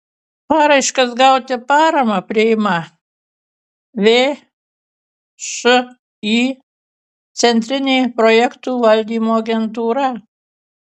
paraiškas gauti paramą priima všį centrinė projektų valdymo agentūra